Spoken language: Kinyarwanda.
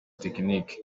tekiniki